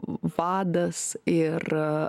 vadas ir